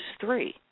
three